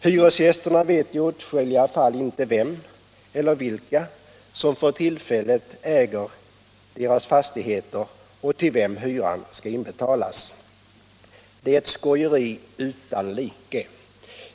Hyresgästerna vet i åtskilliga fall inte vem eller vilka som för tillfället äger fastigheterna där de bor och till vem hyran skall inbetalas. Det är ett skojeri utan like.